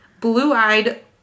blue-eyed